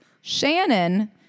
Shannon